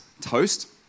toast